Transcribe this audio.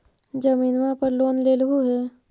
जमीनवा पर लोन लेलहु हे?